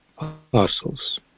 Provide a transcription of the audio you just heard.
Apostles